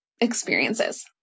experiences